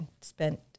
spent